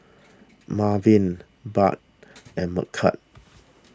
Merwin Budd and Micah